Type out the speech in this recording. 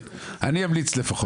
אני אמליץ לפחות.